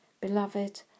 Beloved